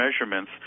measurements